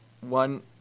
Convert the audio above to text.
one